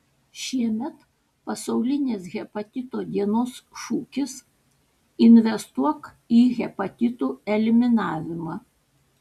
šiemet pasaulinės hepatito dienos šūkis investuok į hepatitų eliminavimą